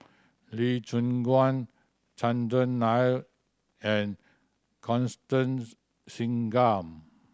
Lee Choon Guan Chandran Nair and Constance Singam